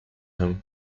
him